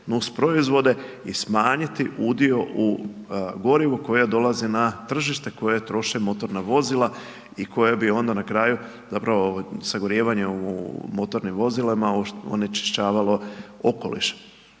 nus proizvode i smanjiti udio u gorivu koja dolaze na tržište, koje troše motorna vozila i koje bi onda na kraju, zapravo, sagorijevanje u motornim vozilima onečišćavalo okoliš.